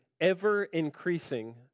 ever-increasing